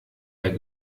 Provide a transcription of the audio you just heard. der